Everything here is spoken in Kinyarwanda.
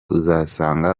uzasanga